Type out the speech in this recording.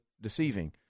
deceiving